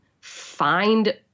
find